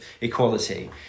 equality